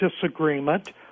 disagreement